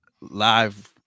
live